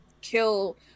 kill